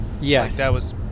Yes